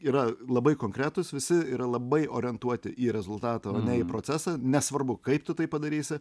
yra labai konkretūs visi yra labai orientuoti į rezultatą o ne į procesą nesvarbu kaip tu tai padarysi